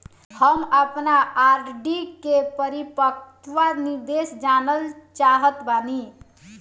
हम आपन आर.डी के परिपक्वता निर्देश जानल चाहत बानी